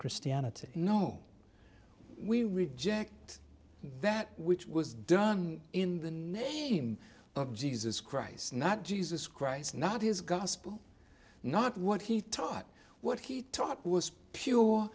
christianity no we reject that which was done in the name of jesus christ not jesus christ not his gospel not what he taught what he taught was pure